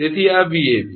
તેથી આ 𝑉𝑎𝑏